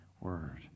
word